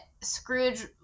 Scrooge